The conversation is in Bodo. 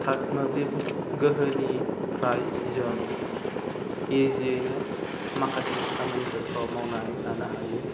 मोब्लिब गोहोनिफ्राय जों इजियैनो माखासे खामानिफोरखौ मावनानै लानो हायो